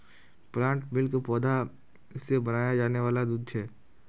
plant milk पौधा से बनाया जाने वाला दूध छे